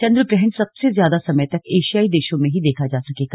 चंद्र ग्रहण सबसे ज्यादा समय तक एशियाई देशों में ही देखा जा सकेगा